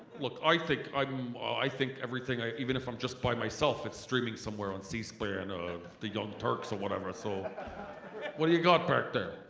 look i think i'm i think everything even if i'm just by myself it's streaming somewhere on c-span or the young turks or whatever so what do you got back there?